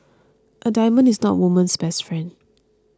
a diamond is not a woman's best friend